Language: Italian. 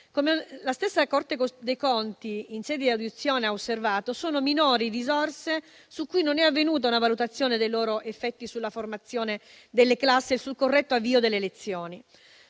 Come la stessa Corte dei conti in sede di audizione ha osservato, sono minori risorse su cui non è avvenuta una valutazione dei loro effetti sulla formazione delle classi e sul corretto avvio delle lezioni,